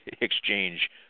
exchange